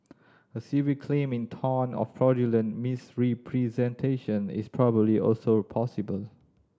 a civil claim in tort of fraudulent misrepresentation is probably also possible